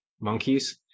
monkeys